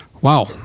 wow